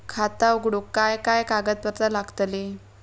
खाता उघडूक काय काय कागदपत्रा लागतली?